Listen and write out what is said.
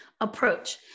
approach